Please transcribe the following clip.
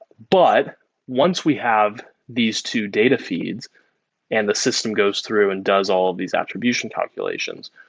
but once we have these two data feeds and the system goes through and does all these attribution calculations,